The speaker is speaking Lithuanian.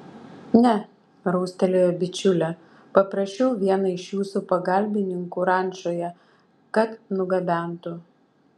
ne raustelėjo bičiulė paprašiau vieną iš jūsų pagalbininkų rančoje kad nugabentų